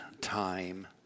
time